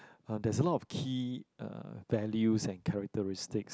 uh there's a lot key uh values and characteristics